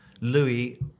Louis